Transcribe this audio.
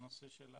בנושא של החינוך,